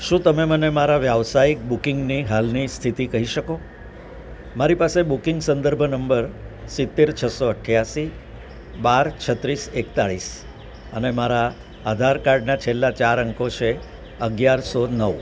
શું તમે મને મારા વ્યાવસાયિક બુકિંગની હાલની સ્થિતિ કહી શકો મારી પાસે બુકિંગ સંદર્ભ નંબર સિત્તેર છસો અઠ્યાસી બાર છત્રીસ એકતાળીસ અને મારા આધાર કાર્ડના છેલ્લા ચાર અંકો છે અગિયારસો નવ